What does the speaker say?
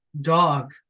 dog